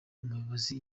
umuyobozi